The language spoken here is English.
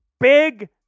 Big